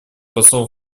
посол